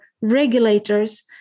regulators